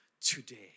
today